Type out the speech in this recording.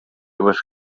was